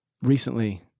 Recently